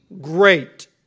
great